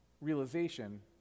realization